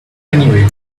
anyway